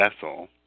vessel